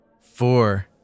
Four